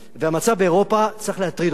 והמצב באירופה צריך להטריד אותנו,